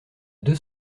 deux